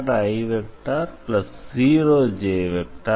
drx0ax2i0j